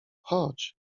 chodź